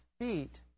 feet